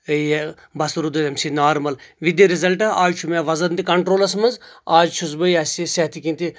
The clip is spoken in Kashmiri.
یہِ بہ ہسا روٗدُس امہِ سۭتۍ normal with the result as چھُ مےٚ وزن تہِ کنٹرولس منٛز از چھُس بہٕ یہ ہسا یہ صحتہٕ کِن تہِ